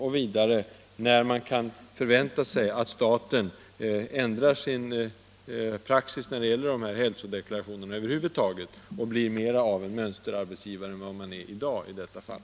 Och vidare: När kan man färvänta sig att staten ändrar sin praxis beträffande hälsodeklarationer över huvud taget och blir mera av en mönsterarbetsgivare än den är i dag i detta fall?